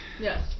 Yes